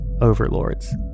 overlords